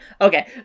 Okay